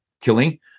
killing